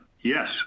Yes